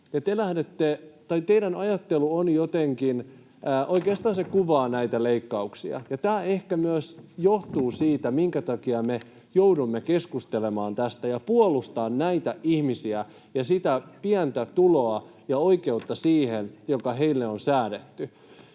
Teidän ajattelunne on jotenkin... Oikeastaan se kuvaa näitä leikkauksia, ja ehkä tämän takia me joudumme keskustelemaan tästä ja puolustamaan näitä ihmisiä ja sitä pientä tuloa ja oikeutta siihen, mikä heille on säädetty.